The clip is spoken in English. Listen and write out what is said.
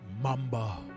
Mamba